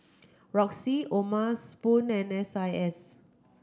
Roxy O'ma Spoon and S I S